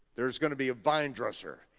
there's gonna be a vine dresser.